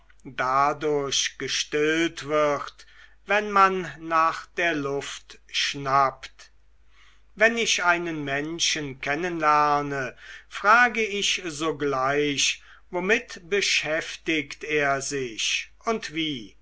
dadurch gestillt wird wenn man nach der luft schnappt wenn ich einen menschen kennen lerne frage ich sogleich womit beschäftigt er sich und wie